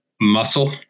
muscle